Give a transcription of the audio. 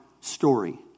story